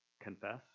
confess